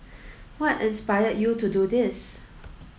what inspired you to do this